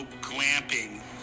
glamping